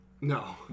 No